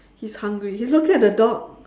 he's hungry he's looking at the dog